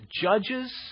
judges